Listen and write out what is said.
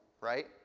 right